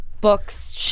Books